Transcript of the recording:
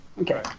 Okay